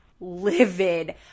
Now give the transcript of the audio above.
livid